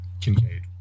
Kincaid